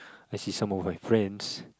I see some of my friends